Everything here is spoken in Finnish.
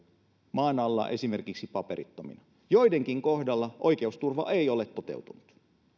maan alla esimerkiksi paperittomina joidenkin kohdalla oikeusturva ei ole toteutunut